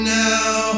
now